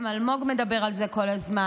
גם אלמוג מדבר על זה כל הזמן.